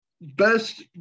best